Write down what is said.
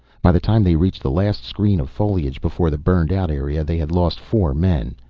by the time they reached the last screen of foliage before the burned-out area, they had lost four men.